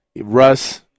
Russ